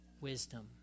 wisdom